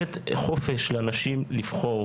י"ב לתיכון חילוני עירוני שנמצא בעיר,